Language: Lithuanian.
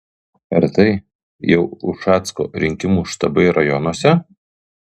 ar tai jau ušacko rinkimų štabai rajonuose